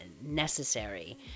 necessary